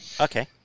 Okay